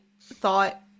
thought